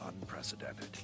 unprecedented